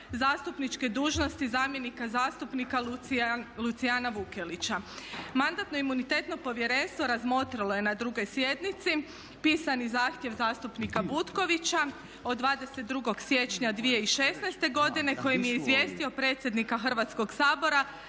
zastupničke dužnosti zamjenika zastupnika Lucijana Vukelića. Mandatno-imunitetno povjerenstvo razmotrilo je na 2. sjednici pisani zahtjev zastupnika Butkovića od 22. siječnja 2016. kojim je izvijestio predsjednika Hrvatskog sabora